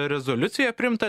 rezoliuciją priimtą